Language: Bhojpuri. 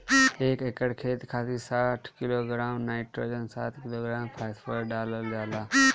एक एकड़ खेत खातिर साठ किलोग्राम नाइट्रोजन साठ किलोग्राम फास्फोरस डालल जाला?